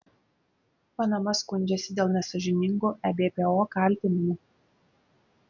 panama skundžiasi dėl nesąžiningų ebpo kaltinimų